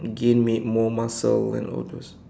gain make more muscles and all those